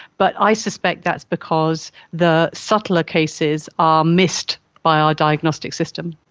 but i suspect that's because the subtler cases are missed by our diagnostic system.